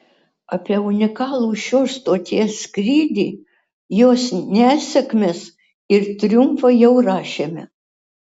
apie unikalų šios stoties skrydį jos nesėkmes ir triumfą jau rašėme